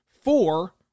four